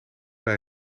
bij